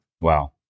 Wow